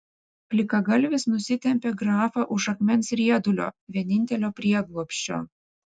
plikagalvis nusitempė grafą už akmens riedulio vienintelio prieglobsčio